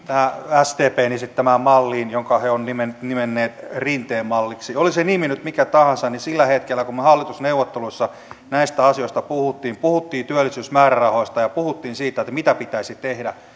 sdpn esittämään malliin jonka he ovat nimenneet rinteen malliksi oli se nimi nyt mikä tahansa niin sillä hetkellä kun me hallitusneuvotteluissa näistä asioista puhuimme puhuimme työllisyysmäärärahoista ja puhuimme siitä mitä pitäisi tehdä